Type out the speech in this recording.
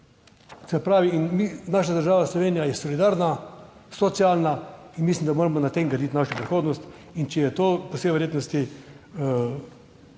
Se pravi in naša država Slovenija je solidarna, socialna in mislim, da moramo na tem graditi našo prihodnost in če je to po vsej verjetnosti